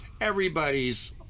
everybody's